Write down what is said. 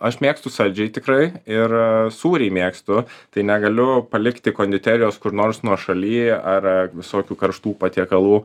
aš mėgstu saldžiai tikrai ir sūrį mėgstu tai negaliu palikti konditerijos kur nors nuošaly ar ar visokių karštų patiekalų